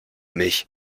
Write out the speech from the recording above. mich